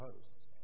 hosts